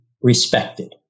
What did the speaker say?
respected